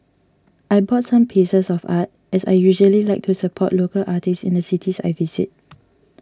I bought some pieces of art as I usually like to support local artists in the cities I visit